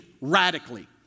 radically